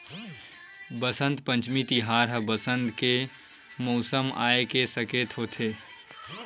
बसंत पंचमी तिहार ह बसंत के मउसम आए के सकेत होथे